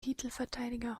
titelverteidiger